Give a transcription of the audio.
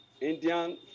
Indian